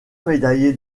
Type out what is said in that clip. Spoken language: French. médaillé